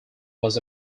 was